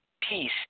peace